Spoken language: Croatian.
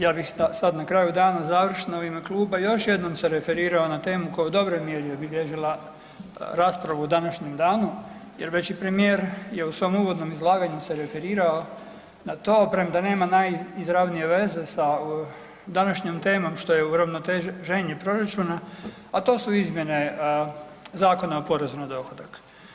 Ja bih sada na kraju dana završno u ime kluba još jednom se referirao na temu koja je u dobroj mjeri obilježila raspravu u današnjem danu jer je već i premijer u svom uvodnom izlaganju se referirao na to premda nema najizravnije veze sa današnjom temom što je uravnoteženje proračuna, a to su izmjene Zakona o porezu na dohodak.